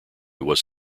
was